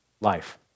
life